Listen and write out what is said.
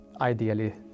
ideally